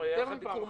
היה לך ביקור מרשים,